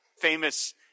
famous